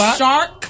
shark